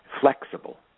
flexible